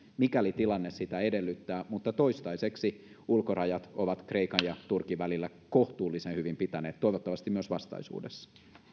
mikäli tilanne sitä edellyttää mutta toistaiseksi ulkorajat ovat kreikan ja turkin välillä kohtuullisen hyvin pitäneet toivottavasti myös vastaisuudessa